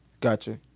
Gotcha